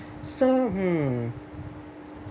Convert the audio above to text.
so hmm